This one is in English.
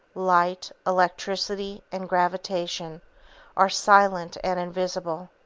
light, electricity and gravitation are silent and invisible.